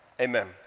Amen